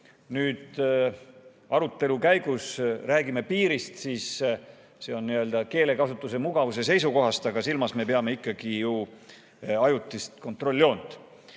siin arutelu käigus räägime piirist, siis see on nii-öelda keelekasutuse mugavuse seisukohast, aga silmas me peame ikkagi ajutist kontrolljoont.